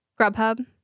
Grubhub